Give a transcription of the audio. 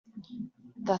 that